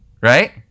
right